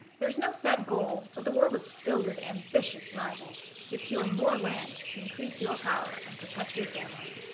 there is no set goal, but the world is filled with ambitious rivals. secure more land to increase your power and protect your family.